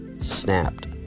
snapped